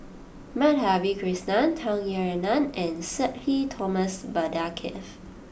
Madhavi Krishnan Tung Yue Nang and Sudhir Thomas Vadaketh